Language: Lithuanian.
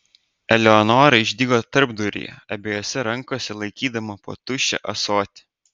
eleonora išdygo tarpduryje abiejose rankose laikydama po tuščią ąsotį